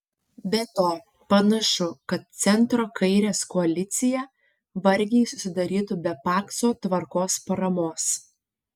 be to panašu kad centro kairės koalicija vargiai susidarytų be pakso tvarkos paramos